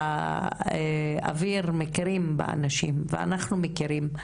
והאוויר מכירים באנשים ואנחנו מכירים,